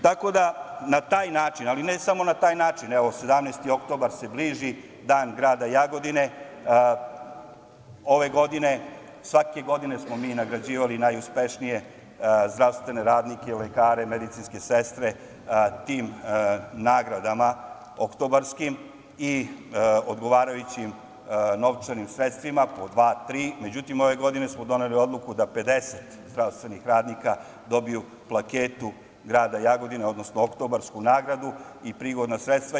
Tako da, na taj način, ali ne samo na taj način, evo, 17. oktobar se bliži, Dan grada Jagodine, ove godine, svake godine smo mi nagrađivali najuspešnije zdravstvene radnike, lekare, medicinske sestre tim nagradama oktobarskim i odgovarajućim novčanim sredstvima, po dva-tri, međutim, ove godine smo doneli odluku da 50 zdravstvenih radnika dobiju plaketu grada Jagodine, odnosno oktobarsku nagradu i prigodna sredstva.